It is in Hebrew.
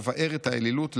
לבער את האלילות,